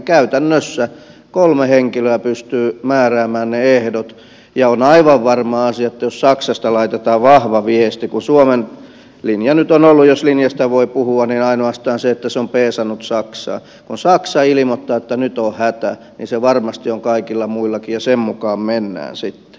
käytännössä kolme henkilöä pystyy määrään ne ehdot ja on aivan varma asia että jos saksasta laitetaan vahva viesti kun suomen linja nyt on ollut jos linjasta voi puhua ainoastaan se että se on peesannut saksaa kun saksa ilmoittaa että nyt on hätä niin se varmasti on kaikilla muillakin ja sen mukaan mennään sitten